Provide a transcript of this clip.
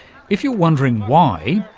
if you're wondering why,